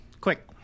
Quick